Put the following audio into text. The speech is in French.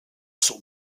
son